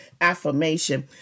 affirmation